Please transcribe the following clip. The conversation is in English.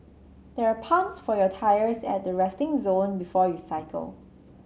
there are pumps for your tyres at the resting zone before you cycle